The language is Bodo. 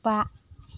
बा